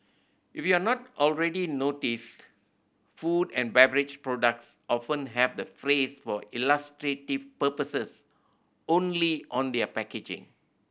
if you're not already noticed food and beverage products often have the phrase for illustrative purposes only on their packaging